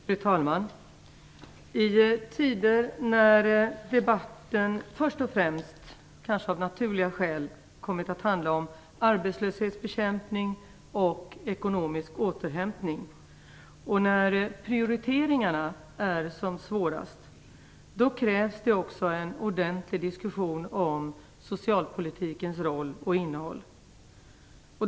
Fru talman! I tider när debatten först och främst, kanske av naturliga skäl, kommit att handla om arbetslöshetsbekämpning och ekonomisk återhämtning och när prioriteringarna är som svårast, krävs det en ordentlig diskussion om socialpolitikens roll och innehåll.